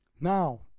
Now